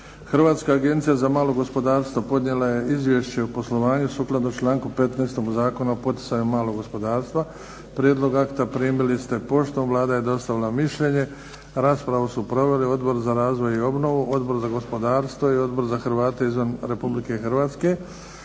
Hrvatska agencija za malo gospodarstvo podnijela je izvješće o poslovanju sukladno članku 15. Zakona o poticaju malog gospodarstva. Prijedlog akta primili ste poštom. Vlada je dostavila mišljenje. Raspravu su proveli Odbor za razvoj i obnovu, Odbor za gospodarstvo i Odbor za Hrvate izvan Republike Hrvatske.